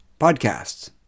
podcasts